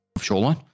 shoreline